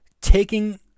taking